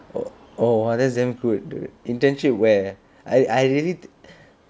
oh !wah! that's damn good dude internship where I I really